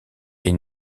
est